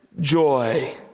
joy